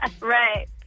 right